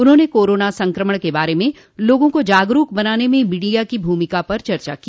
उन्होंने कोरोना संक्रमण के बारे में लोगों को जागरूक बनाने में मीडिया की भूमिका पर चर्चा की